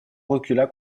recula